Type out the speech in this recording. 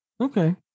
Okay